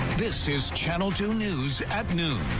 this is channel two news at noon.